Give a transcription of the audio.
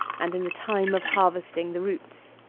and in the time of harvesting the roots.